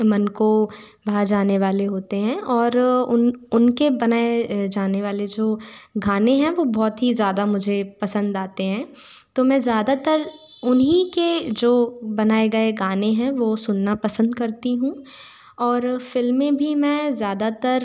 मन को भा जाने वाले होते हैं और उन उनके बनाए जाने वाले जो गाने हैं वो बहुत ही ज़्यादा मुझे पसंद आते हैं तो मैं ज़्यादातर उन्हीं के जो बनाए गए गाने हैं वो सुनना पसंद करती हूँ और फ़िल्मे भी मैं ज़्यादातर